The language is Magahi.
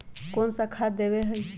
कोन सा खाद देवे के हई?